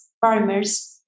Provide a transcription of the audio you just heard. farmers